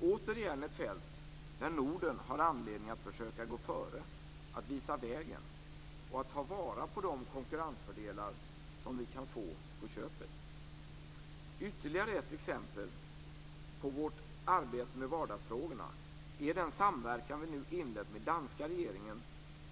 Det är återigen ett fält där Norden har anledning att försöka gå före, att visa vägen och att ta vara på de konkurrensfördelar som vi kan få på köpet. Ytterligare ett exempel på vårt arbete med vardagsfrågorna är den samverkan vi nu inlett med danska regeringen